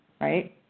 right